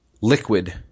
Liquid